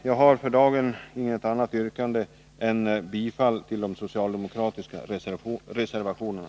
Jag har för dagen inget annat yrkande än om bifall till de socialdemokratiska reservationerna.